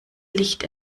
licht